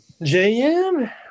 JM